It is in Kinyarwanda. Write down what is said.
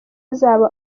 uzaba